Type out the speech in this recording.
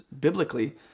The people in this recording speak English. biblically